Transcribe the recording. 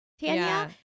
tanya